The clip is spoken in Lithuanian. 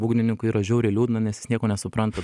būgnininkui yra žiauriai liūdna nes jis nieko nesupranta